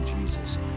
Jesus